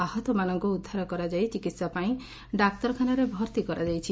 ଆହତମାନଙ୍କୁ ଉଦ୍ଧାର କରାଯାଇ ଚିକିହା ପାଇଁ ଡାକ୍ତରଖାନାରେ ଭର୍ଉ କରାଯାଇଛି